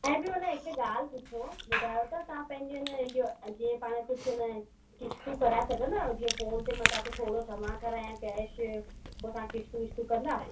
ऐं ॿियो न हिकु ॻाल्हि पुछो ॿुधायो त तव्हां पंहिंजो इन इहो जीअं पाण कुझु इन किश्तू कराए सघंदा जीअं फ़ोन ते मां तव्हांखे थोरो जमा करायां कैश पोइ तव्हां किश्तू विश्तू कंदा